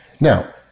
Now